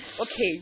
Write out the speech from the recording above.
okay